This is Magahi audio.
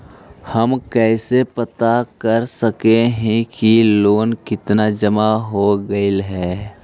हम कैसे पता कर सक हिय की लोन कितना जमा हो गइले हैं?